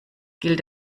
gilt